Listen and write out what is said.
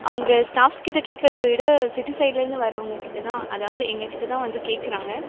அவங்க ஸ்டாஃப்ஸ் கிட்டே கேக்கிறத விட சிட்டி சைடில் இருந்து வரவங்க கிட்டே தான் அதாவது எங்கள் கிட்டே தான் வந்து கேக்கிறாங்க